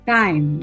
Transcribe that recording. time